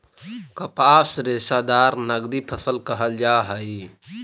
कपास रेशादार नगदी फसल कहल जा हई